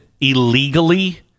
illegally